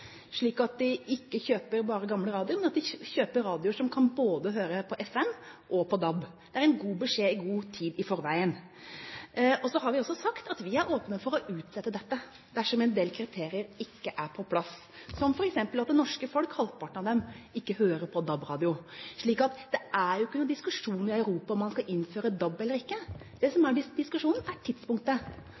de ikke kjøper gamle radioer, men at de kjøper radioer hvor man kan høre både på FM og på DAB. Det er en god beskjed god tid i forveien. Så har vi også sagt at vi er åpne for å utsette dette dersom en del kriterier ikke er på plass, som f.eks. at halvparten av det norske folk ikke hører på DAB-radio. Det er jo ingen diskusjon i Europa om man skal innføre DAB eller ikke. Det som er diskusjonen, er tidspunktet.